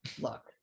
look